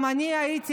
גם אני הייתי,